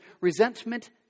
Resentment